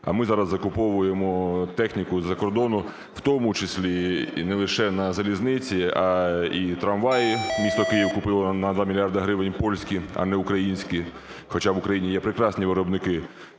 А ми зараз закуповуємо техніку з-за кордону, в тому числі і не лише на залізниці, а і трамваї місто Київ купило на 2 мільярди гривень польські, а не українські. Хоча в Україні є прекрасні виробники